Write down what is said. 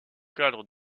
cadre